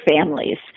families